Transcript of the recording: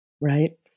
Right